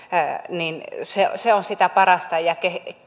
niin se se on sitä parasta ja